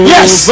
Yes